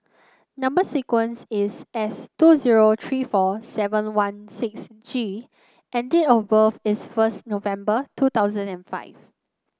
number sequence is S two zero three four seven one six G and date of birth is first November two thousand and five